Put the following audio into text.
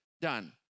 done